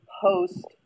post